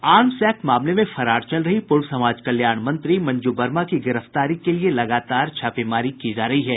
arms act मामले में फरार चल रही पूर्व समाज कल्याण मंत्री मंजू वर्मा की गिरफ्तारी के लिए लगातार छापेमारी की जा रही है